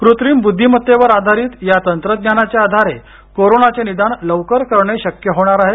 कृत्रीम बुद्धीमत्तेवर आधारित या तंत्रज्ञानाच्या आधारे कोरोनाचे निदान लवकर करणे शक्य होणार आहे